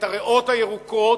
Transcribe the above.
את הריאות הירוקות,